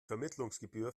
vermittlungsgebühr